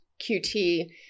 QT